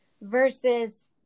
versus